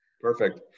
Perfect